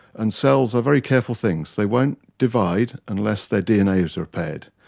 and cells are very careful things. they won't divide unless their dna is repaired.